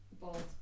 bold